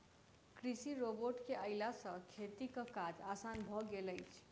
कृषि रोबोट के अयला सॅ खेतीक काज आसान भ गेल अछि